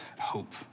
hope